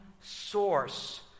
source